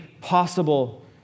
possible